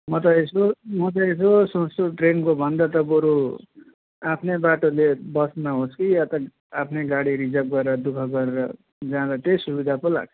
म त यसो म त यसो सोच्छु ट्रेनको भन्दा त बरु आफ्नै बाटोले बसमा होस् कि या त आफ्नै गाडी रिजर्भ गरेर दुःख गरेर जाँदा चाहिँ सुविधा पो लाग्छ